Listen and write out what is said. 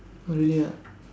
oh really ah